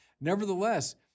nevertheless